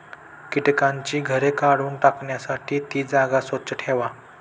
कीटकांची घरे काढून टाकण्यासाठी ती जागा स्वच्छ ठेवा